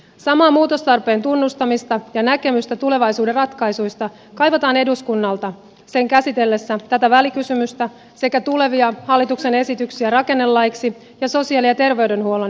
samaa muutostarpeen tunnustamista ja näkemystä tulevaisuuden ratkaisuista kaivataan eduskunnalta sen käsitellessä tätä välikysymystä sekä tulevia hallituksen esityksiä rakennelaiksi ja sosiaali ja terveydenhuollon järjestämislaiksi